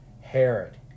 Herod